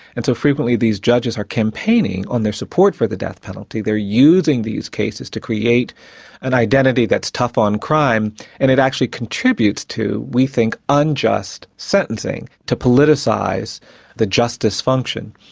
and so frequently these judges are campaigning on their support for the death penalty. they're using these cases to create an identity that's tough on crime and it actually contributes to, we think, unjust sentencing, to politicise the justice function,